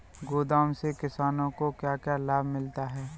गोदाम से किसानों को क्या क्या लाभ मिलता है?